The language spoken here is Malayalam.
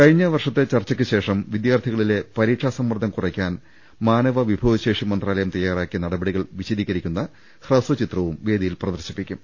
കഴിഞ്ഞ വർഷത്തെ ചർച്ചയ്ക്കുശേഷം വിദ്യാർത്ഥികളിലെ പരീ ക്ഷാസമ്മർദ്ദം കുറയ്ക്കാൻ മാനവ വിഭവശേഷി മന്ത്രാലയം തയ്യാറാക്കിയ നടപടികൾ വിശദമാക്കുന്ന ഹ്രസ്വചിത്രവും വേദിയിൽ പ്രദർശിപ്പിക്കും